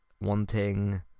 wanting